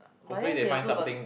but then they also got